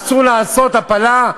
אסור לעשות הפלה,